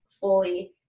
fully